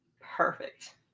Perfect